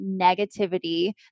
negativity